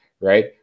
right